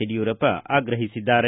ಯಡಿಯೂರಪ್ಪ ಆಗ್ರಹಿಸಿದ್ದಾರೆ